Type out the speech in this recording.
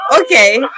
Okay